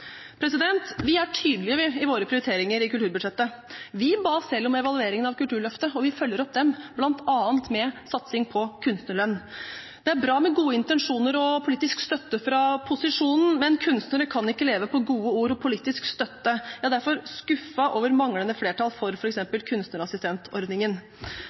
kulturkomiteen. Vi er tydelige i våre prioriteringer i kulturbudsjettet. Vi ba selv om evaluering av Kulturløftet, og vi følger det opp, bl.a. med satsing på kunstnerlønn. Det er bra med gode intensjoner og politisk støtte fra posisjonen, men kunstnere kan ikke leve av gode ord og politisk støtte. Jeg er derfor skuffet over manglende flertall for f.eks. kunstnerassistentordningen.